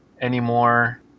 anymore